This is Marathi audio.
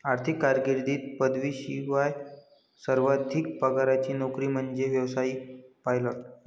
आर्थिक कारकीर्दीत पदवीशिवाय सर्वाधिक पगाराची नोकरी म्हणजे व्यावसायिक पायलट